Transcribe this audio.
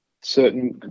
certain